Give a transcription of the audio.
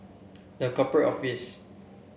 The Corporate Office